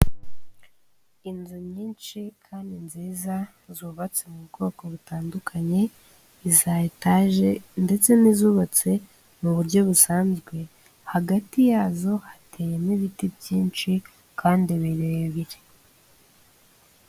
Inzu nyinshi kandi nziza zubatse mu bwoko butandukanye za etage ndetse n'izubatse mu buryo busanzwe, hagati yazo hateye ibiti byinshi kandi birebire.